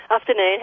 afternoon